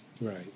Right